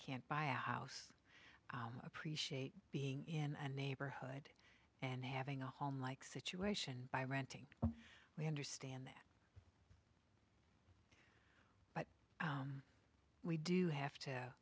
can't buy a house appreciate being in a neighborhood and having a home like situation by renting we understand that but we do have to